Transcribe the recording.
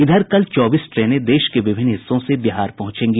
इधर कल चौबीस ट्रेनें देश के विभिन्न हिस्सों से बिहार पहुंचेगी